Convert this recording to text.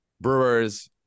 Brewers